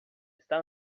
está